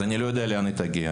אז אני לא יודע לאן רומי תגיע,